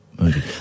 movie